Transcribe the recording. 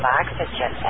oxygen